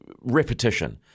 repetition